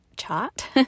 chart